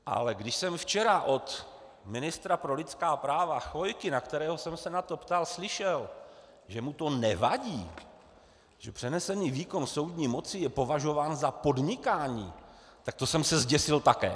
Ale když jsem včera od ministra pro lidská práva Chvojky, kterého jsem se na to ptal, slyšel, že mu to nevadí, že přenesený výkon soudní moci je považován za podnikání, tak to jsem se zděsil také.